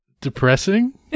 Depressing